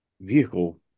vehicle